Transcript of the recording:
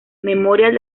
memorial